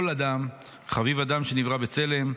כל אדם, חביב אדם שנברא בצלם.